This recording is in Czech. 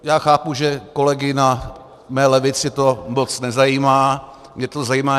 Já chápu, že kolegy na mé levici to moc nezajímá, mě to zajímá.